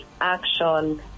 action